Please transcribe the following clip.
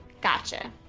Gotcha